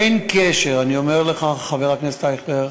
אין קשר, אני אומר לך, חבר הכנסת אייכלר,